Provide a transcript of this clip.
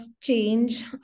change